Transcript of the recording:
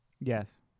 Yes